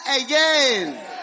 again